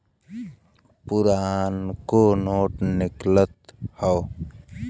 पुरनको नोट निकालत हौ